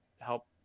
help